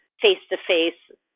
face-to-face